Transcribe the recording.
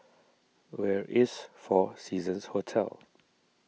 where is four Seasons Hotel